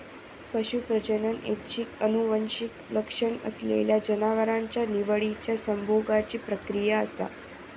पशू प्रजनन ऐच्छिक आनुवंशिक लक्षण असलेल्या जनावरांच्या निवडिच्या संभोगाची प्रक्रिया असा